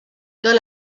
dans